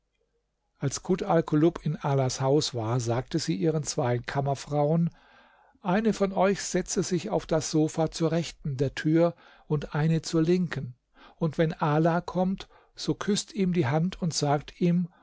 als kut alkulub in alas haus war sagte sie ihren zwei kammerfrauen eine von euch setze sich auf das sofa zur rechten der tür und eine zur linken und wenn ala kommt so küßt ihm die hand und sagt ihm